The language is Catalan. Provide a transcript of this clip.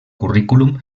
currículum